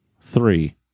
three